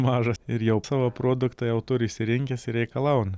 mažas ir jau savo produktą jau turi įsirinkęs ir reikalauna